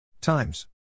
Times